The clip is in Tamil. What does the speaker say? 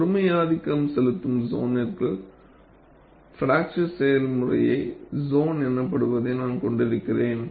ஒருமை ஆதிக்கம் செலுத்தும் சோனிர்குள் பிராக்சர் செயல்முறை சோன் எனப்படுவதை நான் கொண்டிருக்கிறேன்